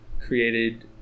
created